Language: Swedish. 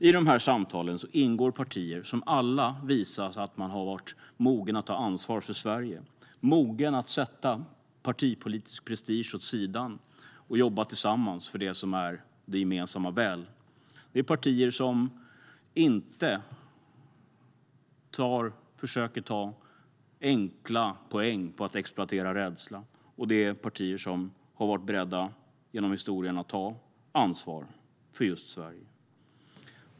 I dessa samtal ingår partier som alla har visat att de har varit mogna att ta ansvar för Sverige, att sätta partipolitisk prestige åt sidan och att jobba tillsammans för det som är det gemensammas väl. Det är partier som inte försöker ta enkla poäng på att exploatera rädsla, och det är partier som genom historien har varit beredda att ta ansvar för just Sverige.